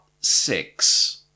six